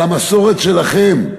על המסורת שלכם.